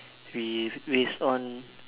we waste on